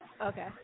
Okay